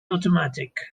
automatic